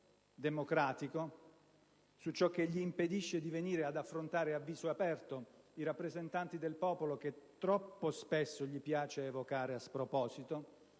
democratico, su ciò che gli impedisce di venire ad affrontare, a viso aperto, i rappresentanti del popolo, che troppo spesso gli piace evocare a sproposito,